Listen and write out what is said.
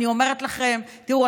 אני אומרת לכם: תראו,